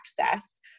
access